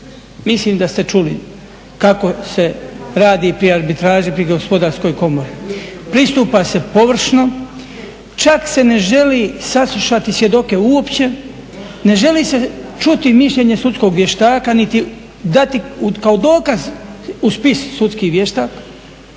Mislim da ste čuli kako se radi pri arbitraži, pri gospodarskoj komori. Pristupa se površno, čak se ne želi saslušati svjedoke uopće, ne želi se čuti mišljenje sudskog vještaka niti dati kao dokaz u spis sudski vještak,